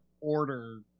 order